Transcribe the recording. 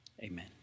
amen